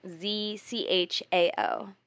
Z-C-H-A-O